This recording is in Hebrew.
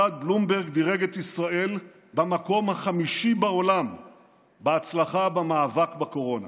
מדד בלומברג דירג את ישראל במקום החמישי בעולם בהצלחה במאבק בקורונה.